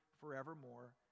forevermore